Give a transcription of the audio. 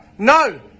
No